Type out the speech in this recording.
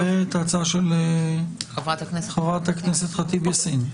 --- ואת ההצעה של חברת הכנסת ח'טיב יאסין.